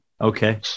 Okay